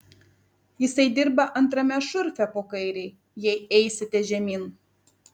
jisai dirba antrame šurfe po kairei jei eisite žemyn